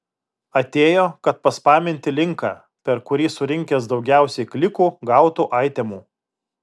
atėjo kad paspaminti linką per kurį surinkęs daugiausiai klikų gautų aitemų